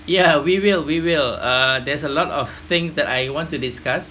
yeah we will we will uh there's a lot of things that I want to discuss